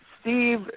Steve